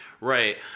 right